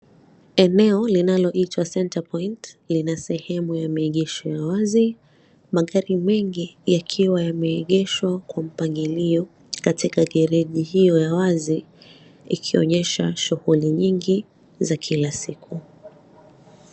Eneo linaloitwa Center Point lina sehemu ya maegesho ya wazi. Magari mingi yakiwa yameegeshwa kwa mpangilio katika gereji hiyo ya wazi ikionyesha shughuli nyingi za kila siku.